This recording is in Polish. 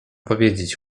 powiedzieć